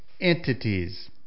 entities